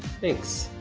thanks.